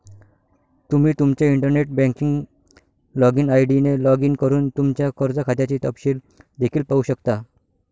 तुम्ही तुमच्या internet banking login ID ने लॉग इन करून तुमच्या कर्ज खात्याचे तपशील देखील पाहू शकता